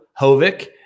Hovick